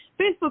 facebook